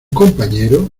compañero